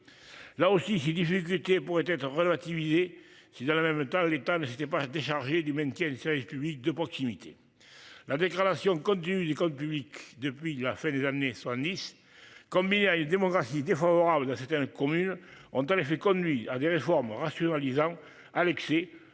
Là aussi, j'ai dit j'ai été pourraient être relativisée. Si dans le même temps l'État s'était pas déchargé du maintien de service publics de proximité. La dégradation continue des comptes publics. Depuis la fin des années sont Nice comme il y a une démographie défavorable dans certains communes ont en effet conduit à des réformes rationalisant Alexis